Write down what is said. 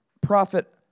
prophet